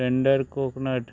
tender coconut